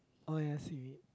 oh ya see